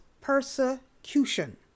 Persecution